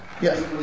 Yes